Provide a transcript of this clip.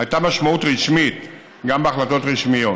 הייתה משמעות רשמית גם בהחלטות רשמיות.